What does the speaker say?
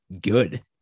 good